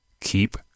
Keep